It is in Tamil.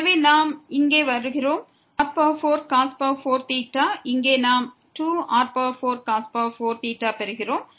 எனவே நாம் இங்கே வருகிறோம் r4 இங்கே நாம் 2r4 ஐ பெறுகிறோம்